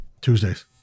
tuesdays